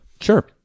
Sure